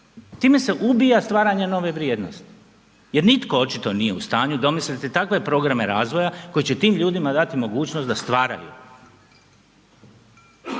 time se ubija stvaranje nove vrijednosti jer nitko očito nije u stanju domisliti takve programe razvoja koji će tim ljudima dati mogućnost da stvaraju.